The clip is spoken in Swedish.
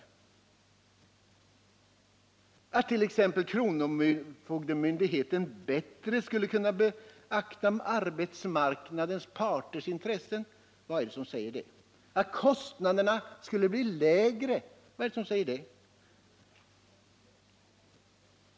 En punkt gällde att kronofogdemyndigheten bättre skulle kunna beakta arbetsmarknadens parters intressen. Vad är det som säger det? Kostnaderna skulle bli lägre. Vad är det som säger det?